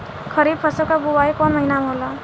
खरीफ फसल क बुवाई कौन महीना में होला?